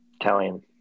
Italian